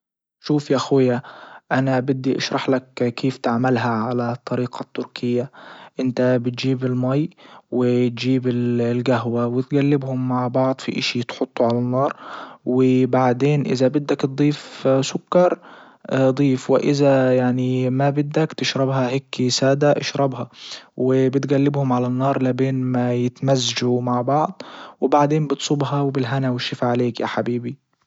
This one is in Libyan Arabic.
شوف يا اخويا انا بدي اشرح لك كيف تعملها على الطريقة التركية? انت بتجيب المي وتجيب الجهوة وتجلبهم مع بعض في اشي تحطه على النار وبعدين اذا بدك تضيف سكر ضيف وازا يعني ما بدك تشرب هيكي سادة اشربها. وبتجلبهم على النار لبين ما يتمزجوا مع بعض. وبعدين بتصبها وبالهنا والشفا عليك يا حبيبي.